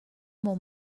amo